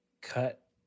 Cut